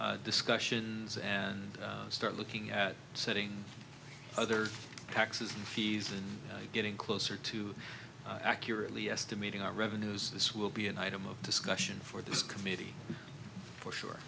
to discussions and start looking at setting other taxes and fees and getting closer to accurately estimating our revenues this will be an item of discussion for this committee for sure